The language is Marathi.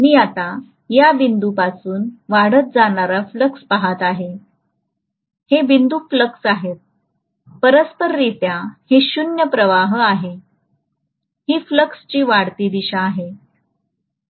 मी आता या बिंदूपासून वाढत जाणारा फ्लक्स पाहत आहे हे शून्य फ्लक्स आहे परस्पररित्या हे शून्य प्रवाह आहे ही फ्लक्सची वाढती दिशा आहे